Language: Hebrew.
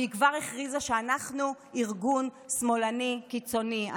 והיא כבר הכריזה שאנחנו ארגון שמאלני קיצוני,